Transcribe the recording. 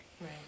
right